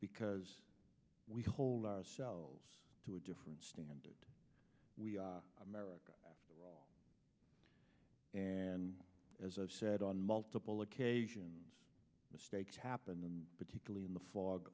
because we hold ourselves to a different standard we are america and as i've said on multiple occasions mistakes happen and particularly in the fog